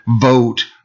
vote